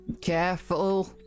Careful